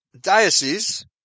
diocese